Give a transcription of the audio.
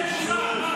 בושה.